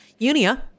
Unia